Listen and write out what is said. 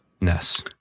ness